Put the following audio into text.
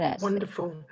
wonderful